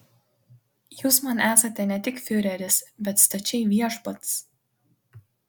jūs man esate ne tik fiureris bet stačiai viešpats